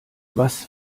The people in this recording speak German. was